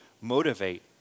motivate